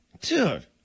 Dude